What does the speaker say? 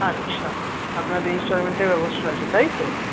আচ্ছা আপনাদের ইন্সটলমেন্টের ব্যবস্থা আছে তাই তো